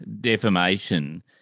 defamation